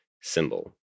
symbol